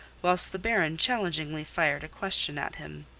whilst the baron challengingly fired a question at him.